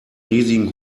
riesigen